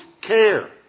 care